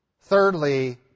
Thirdly